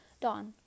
Don